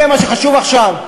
זה מה שחשוב עכשיו?